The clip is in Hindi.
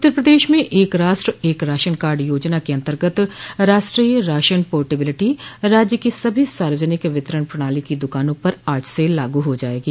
उत्तर प्रदेश में एक राष्ट्र एक राशन कार्ड योजना के अंतर्गत राष्ट्रीय राशन पोर्टिबिलिटी राज्य की सभी सार्वजनिक वितरण प्रणाली की दुकानों पर आज से लागू हो जाएगी